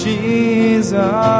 Jesus